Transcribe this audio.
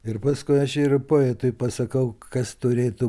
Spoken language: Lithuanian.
ir paskui aš ir poetui pasakau kas turėtų